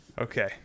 Okay